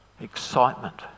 excitement